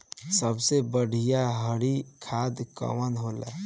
सबसे बढ़िया हरी खाद कवन होले?